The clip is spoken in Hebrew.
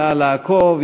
נא לעקוב,